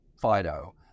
Fido